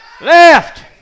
Left